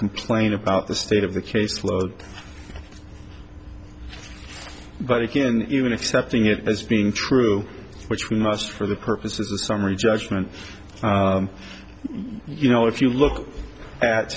complain about the state of the caseload but again even accepting it as being true which we must for the purposes of summary judgment you know if you look at